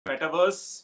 Metaverse